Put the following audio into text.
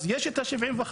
אז יש את ה-75%,